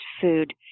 food